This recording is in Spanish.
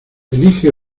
elige